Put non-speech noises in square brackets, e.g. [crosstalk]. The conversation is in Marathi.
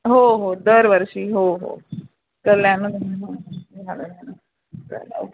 हो हो दरवर्षी हो हो कल्याण [unintelligible]